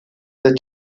the